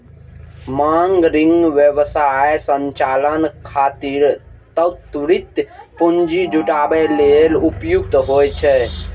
मांग ऋण व्यवसाय संचालन खातिर त्वरित पूंजी जुटाबै लेल उपयुक्त होइ छै